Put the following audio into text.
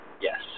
yes